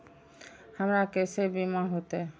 हमरा केसे बीमा होते?